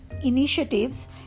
initiatives